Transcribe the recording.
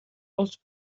els